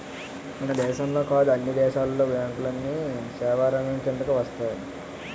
మన దేశంలోనే కాదు అన్ని దేశాల్లోను బ్యాంకులన్నీ సేవారంగం కిందకు వస్తాయి